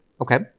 Okay